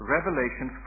Revelation